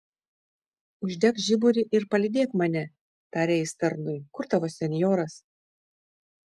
uždek žiburį ir palydėk mane tarė jis tarnui kur tavo senjoras